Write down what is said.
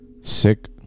Sick